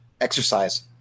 Exercise